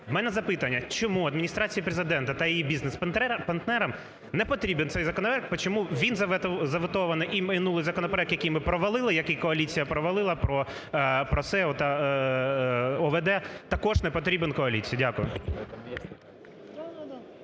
У мене запитання: чому Адміністрації Президента та її бізнес-партнерам не потрібен цей законопроект? Чому він заветований і минулий законопроект, який ми провалили, який коаліція провалила, про СЕО та ОВД також не потрібен коаліції? Дякую.